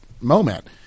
moment